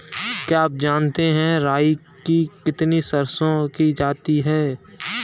क्या आप जानते है राई की गिनती सरसों की जाति में होती है?